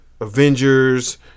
Avengers